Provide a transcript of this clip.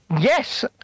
yes